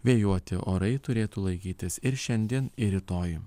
vėjuoti orai turėtų laikytis ir šiandien ir rytoj